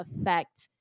affect